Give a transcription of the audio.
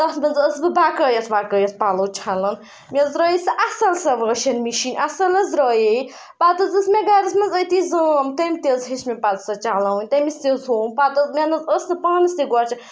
تَتھ منٛز ٲسٕس بہٕ بقٲیَت بقٲیَت پَلو چھَلان مےٚ حظ درٛایے سۄ اَصٕل سۄ واشنٛگ مِشیٖن اَصٕل حظ درٛایے پَتہٕ حظ ٲس مےٚ گَرَس منٛز أتی زٲم تٔمۍ تہِ ہیٚچھ مےٚ پَتہٕ سۄ چَلاوٕنۍ تٔمِس تہِ حظ ہووُم پَتہٕ حظ مےٚ نہ حظ ٲس نہٕ پانَس تہِ گۄڈٕ